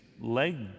leg